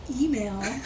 email